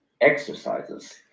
exercises